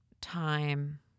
time